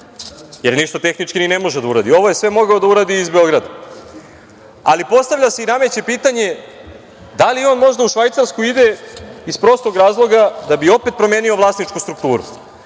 jer ništa tehnički ni ne može da uradi. Ovo je sve mogao da uradi iz Beograda. Postavlja se i nameće pitanje – da li on možda u Švajcarsku ide iz prostog razloga da bi opet promenio vlasničku strukturu?